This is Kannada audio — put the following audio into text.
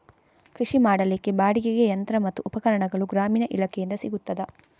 ಕೃಷಿ ಮಾಡಲಿಕ್ಕೆ ಬಾಡಿಗೆಗೆ ಯಂತ್ರ ಮತ್ತು ಉಪಕರಣಗಳು ಗ್ರಾಮೀಣ ಇಲಾಖೆಯಿಂದ ಸಿಗುತ್ತದಾ?